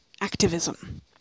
activism